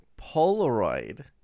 Polaroid